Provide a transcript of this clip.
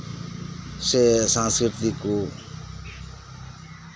ᱥᱮ ᱥᱟᱝᱥᱠᱨᱤᱛᱤ ᱠᱚ